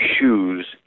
shoes